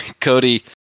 Cody